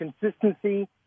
consistency